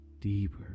deeper